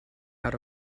out